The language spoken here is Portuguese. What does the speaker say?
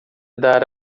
dar